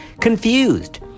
confused